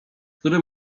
które